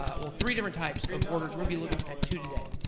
or three different types of orders. we'll be looking at two today.